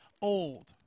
old